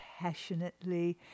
passionately